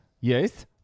Yes